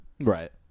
Right